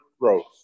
growth